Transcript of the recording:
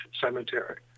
cemetery